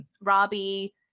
Robbie